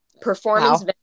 performance